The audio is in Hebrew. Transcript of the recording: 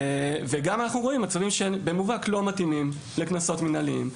וגם אנחנו רואים מצבים שבמובהק לא מתאימים לקנסות מנהליים,